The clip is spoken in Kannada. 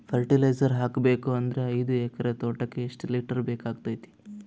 ಫರಟಿಲೈಜರ ಹಾಕಬೇಕು ಅಂದ್ರ ಐದು ಎಕರೆ ತೋಟಕ ಎಷ್ಟ ಲೀಟರ್ ಬೇಕಾಗತೈತಿ?